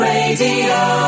Radio